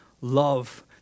love